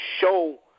show